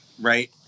right